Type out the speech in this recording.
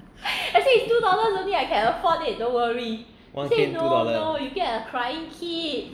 one cane two dollar